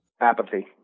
Apathy